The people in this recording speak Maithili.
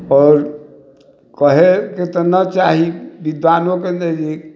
आओर कहय के तऽ न चाही